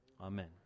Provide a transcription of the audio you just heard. Amen